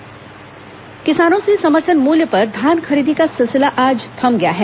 धान खरीदी किसानों से समर्थन मूल्य पर धान खरीदी का सिलसिला आज थम गया है